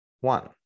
one